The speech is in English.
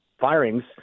firings